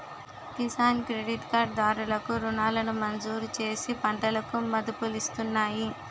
Kisan credit card దారులు కు రుణాలను మంజూరుచేసి పంటలకు మదుపులిస్తున్నాయి